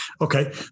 okay